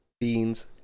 beans